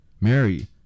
Mary